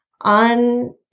on